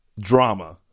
drama